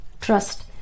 trust